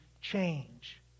change